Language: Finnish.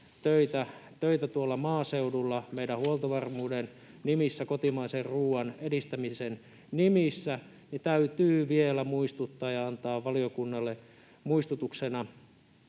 töitä maaseudulla meidän huoltovarmuuden nimissä, kotimaisen ruoan edistämisen nimissä... Täytyy vielä antaa valiokunnalle muistutuksena